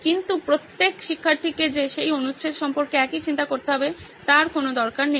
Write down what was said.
কিন্তু প্রত্যেক শিক্ষার্থীকে যে সেই অনুচ্ছেদ সম্বন্ধে একই চিন্তা করতে হবে তার দরকার নেই